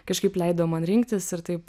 kažkaip leido man rinktis ir taip